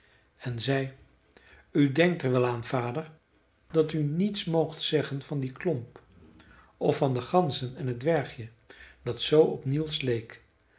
en zei u denkt er wel aan vader dat u niets moogt zeggen van die klomp of van de ganzen en het dwergje dat zoo